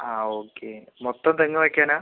ആ ഓക്കെ മൊത്തം തെങ്ങ് വയ്ക്കാനാണോ